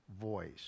voice